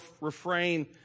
refrain